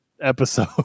episode